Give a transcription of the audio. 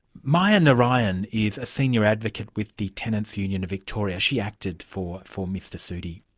maya narayan is a senior advocate with the tenants' union victoria, she acted for for mr sudi.